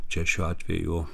čia šiuo atveju